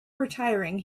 retiring